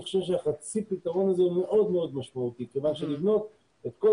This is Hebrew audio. אני חושב שחצי הפתרון הזה הוא מאוד משמעותי כיוון שלבנות את כל